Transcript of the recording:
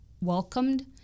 welcomed